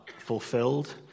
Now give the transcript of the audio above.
fulfilled